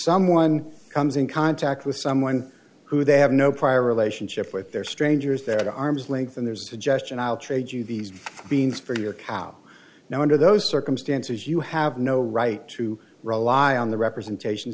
someone comes in contact with someone who they have no prior relationship with they're strangers their arms length and there's a suggestion i'll trade you these beans for your cow now under those circumstances you have no right to rely on the representation